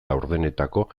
laurdenetako